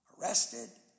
arrested